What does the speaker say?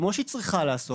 כמו שהיא צריכה לעשות,